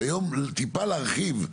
טיפה להרחיב,